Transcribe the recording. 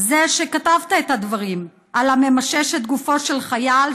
זה שכתבת את הדברים על הממששת גופו של חייל,